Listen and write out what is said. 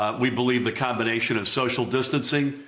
ah we believe the combination of social distancing,